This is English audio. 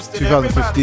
2015